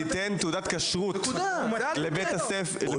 תיתן תעודת כשרות לבית החולים --- הוא